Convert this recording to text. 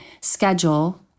schedule